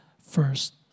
first